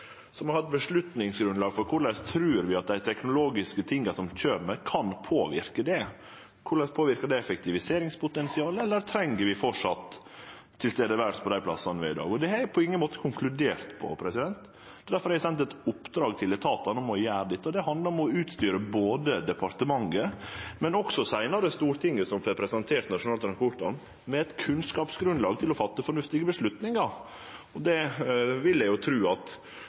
for korleis vi trur at dei teknologiske tinga som kjem, kan påverke det. Korleis påverkar det effektiviseringspotensialet, og treng vi framleis å vere til stades på dei plassane vi er det i dag? Der har eg på ingen måte konkludert, og difor har eg sendt eit oppdrag til etatane om å gjere dette. Det handlar om å utstyre departementet – men seinare også Stortinget, som får presentert Nasjonal transportplan – med eit kunnskapsgrunnlag for å fatte fornuftige avgjerder. Det vil eg tru at